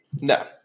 No